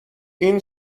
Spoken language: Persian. این